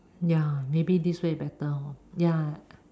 ya maybe this way hor ya